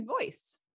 Voice